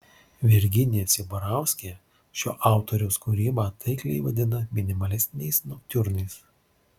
virginija cibarauskė šio autoriaus kūrybą taikliai vadina minimalistiniais noktiurnais